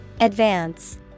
Advance